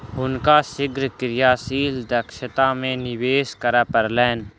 हुनका शीघ्र क्रियाशील दक्षता में निवेश करअ पड़लैन